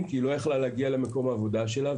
כי היא לא יכלה להגיע למקום העבודה שלה.